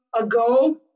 ago